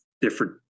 different